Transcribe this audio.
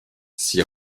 s’y